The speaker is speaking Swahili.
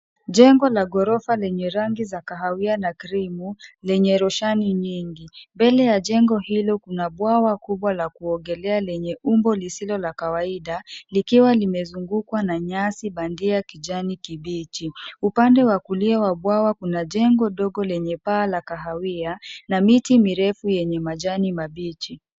Jengo la ghorofa lenye rangi za kahawia na krimu lenye roshani nyingi. Mbele ya jengo hilo kuna bwawa kubwa la kuogelea lenye umbo lisilo la kawaida likiwa limezungukwa na nyasi bandia ya kijani kibichi .Upande wa kulia wa bwawa, kuna jengo ndogo lenye paa la kahawia na miti mirefu yenye majani mabichi.